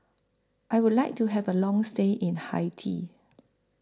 I Would like to Have A Long stay in Haiti